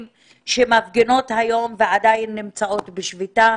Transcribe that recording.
שמפגינות היום ועדיין נמצאות בשביתה.